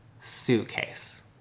suitcase